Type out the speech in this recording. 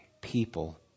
people